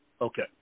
Okay